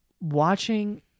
watching